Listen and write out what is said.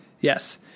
Yes